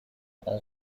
اون